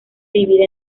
divide